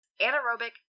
anaerobic